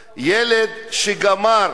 או ילד שגמר,